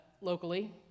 Locally